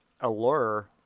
allure